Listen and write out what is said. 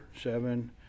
seven